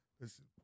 listen